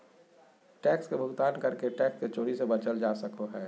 tax के भुगतान करके टैक्स के चोरी से बचल जा सको हय